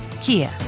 Kia